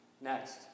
Next